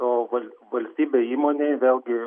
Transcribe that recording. o val valstybei įmonei vėlgi